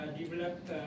developed